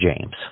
James